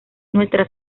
nuestra